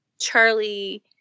Charlie